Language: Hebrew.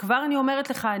כבר אני אומרת לך,